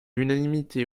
l’unanimité